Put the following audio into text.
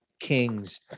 Kings